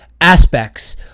aspects